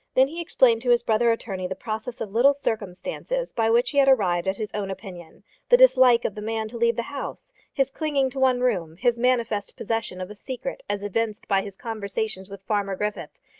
then he explained to his brother attorney the process of little circumstances by which he had arrived at his own opinion the dislike of the man to leave the house, his clinging to one room, his manifest possession of a secret as evinced by his conversations with farmer griffith,